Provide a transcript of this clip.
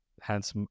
Hence